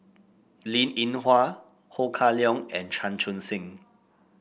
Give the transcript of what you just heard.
Linn In Hua Ho Kah Leong and Chan Chun Sing